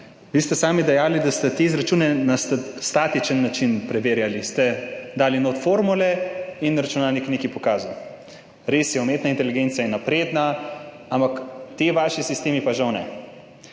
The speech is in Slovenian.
Vi ste sami dejali, da ste te izračune na statičen način preverjali, notri ste dali formule in računalnik je nekaj pokazal. Res je, umetna inteligenca je napredna, ampak ti vaši sistemi pa žal ne.